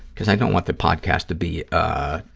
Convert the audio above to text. because i don't want the podcast to be